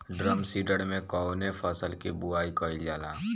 Drum seeder से कवने फसल कि बुआई कयील जाला?